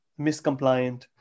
miscompliant